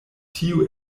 tio